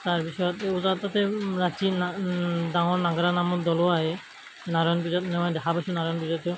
তাৰপিছত ওজা তাতে ৰাতি না ডাঙৰ নাগাৰা নামৰ দলো আহে নাৰায়ণ পূজাত মই দেখা পাইছো নাৰায়ণ পূজাটো